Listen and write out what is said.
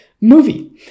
movie